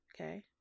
Okay